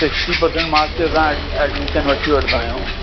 sixty percent marks ते असां ad admission वठी वठंदा आहियूं